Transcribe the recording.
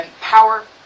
power